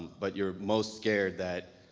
but you're most scared that